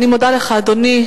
אני מודה לך, אדוני.